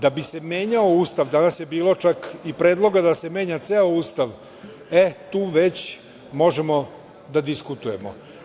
Da bi se menjao Ustav danas je bilo čak i predloga da se menja ceo Ustav, tu već možemo da diskutujemo.